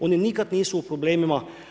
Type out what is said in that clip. Oni nikad nisu u problemima.